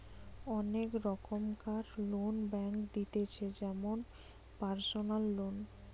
অনেক রোকমকার loan bank দিতেছে যেমন পারসনাল লোন